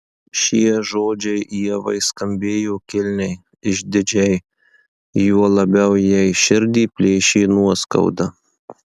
šie žodžiai ievai skambėjo kilniai išdidžiai juo labiau jai širdį plėšė nuoskauda